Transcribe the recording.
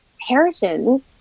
Harrison